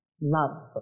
love